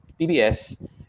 PBS